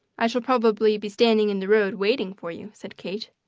i shall probably be standing in the road waiting for you, said kate.